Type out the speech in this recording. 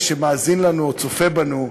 שמאזין לנו או צופה בנו,